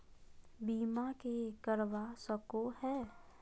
बीमा के करवा सको है?